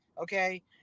okay